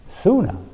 sooner